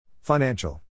Financial